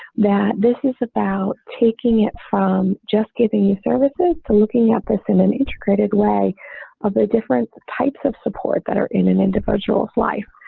that this is about taking it from just giving you services to looking at this in an integrated way of the different types of support that are in an individual's life.